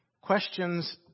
questions